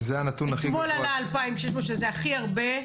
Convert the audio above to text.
אתמול עלו 2,600 שזה הכי הרבה.